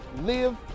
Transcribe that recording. live